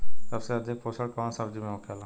सबसे अधिक पोषण कवन सब्जी में होखेला?